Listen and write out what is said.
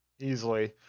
easily